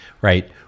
Right